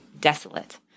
desolate